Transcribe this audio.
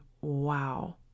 wow